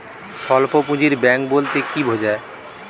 স্বল্প পুঁজির ব্যাঙ্ক বলতে কি বোঝায়?